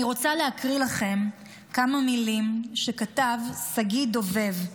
אני רוצה להקריא לכם כמה מילים שכתב שגיא דובב.